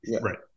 Right